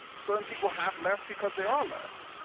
certain people have less because they are less.